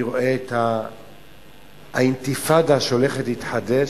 אני רואה את האינתיפאדה שהולכת להתחדש.